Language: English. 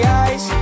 eyes